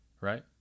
right